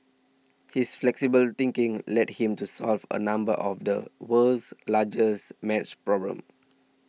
his flexible thinking led him to solve a number of the world's largest maths problems